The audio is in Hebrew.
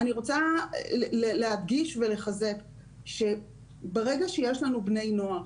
אני רוצה להדגיש ולחזק שברגע שיש לנו בני נוער